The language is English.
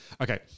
okay-